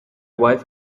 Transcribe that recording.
wife